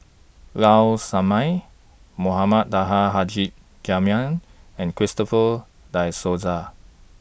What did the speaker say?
Low Sanmay Mohamed Taha Haji Jamil and Christopher Die Souza